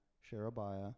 Sherebiah